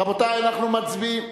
רבותי, אנחנו מצביעים.